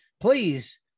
please